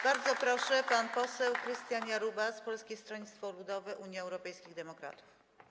Bardzo proszę, pan poseł Krystian Jarubas, Polskie Stronnictwo Ludowe - Unia Europejskich Demokratów.